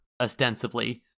ostensibly